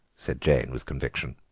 said jane with conviction.